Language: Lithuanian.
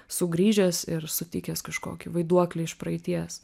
sugrįžęs ir sutikęs kažkokį vaiduoklį iš praeities